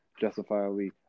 justifiably